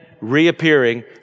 reappearing